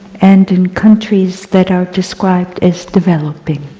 and in countries that are described as developing.